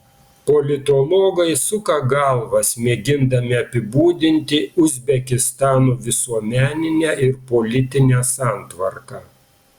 politologai suka galvas mėgindami apibūdinti uzbekistano visuomeninę ir politinę santvarką